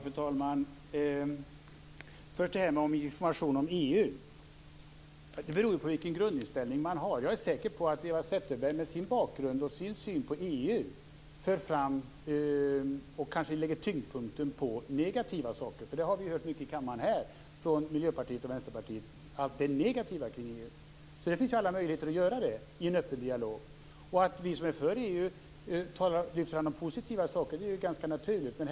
Fru talman! Först vill jag ta upp det som sades om information om EU. Hur man gör beror på vilken grundinställning man har. Jag är säker på att Eva Zetterberg med sin bakgrund och sin syn på EU för fram och lägger tyngdpunkten på negativa saker. Vi har hört mycket om allt det negativa kring EU från Miljöpartiet och Vänsterpartiet i kammaren. Det finns alla möjligheter att göra det i en öppen dialog. Att vi som är för EU lyfter fram de positiva sakerna är ganska naturligt.